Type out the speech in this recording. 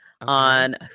on